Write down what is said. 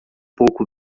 pouco